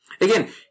Again